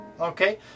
okay